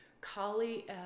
Kali